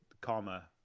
karma